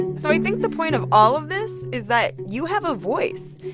and so i think the point of all of this is that you have a voice.